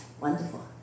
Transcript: wonderful